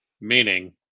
meaning